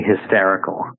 hysterical